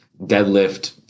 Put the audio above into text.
deadlift